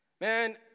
Man